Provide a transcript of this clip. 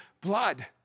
blood